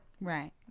Right